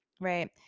right